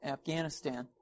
Afghanistan